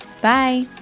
Bye